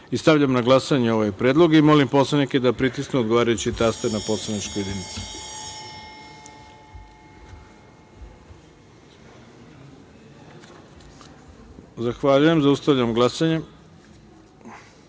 i stavljam na glasanje ovaj predlog. Molim poslanike da pritisnu odgovarajući taster na poslaničkoj jedinici. Zahvaljujem. Zaustavljam glasanje: